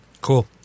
Cool